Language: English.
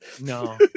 No